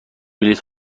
بلیط